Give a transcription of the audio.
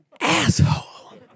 asshole